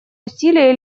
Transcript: усилия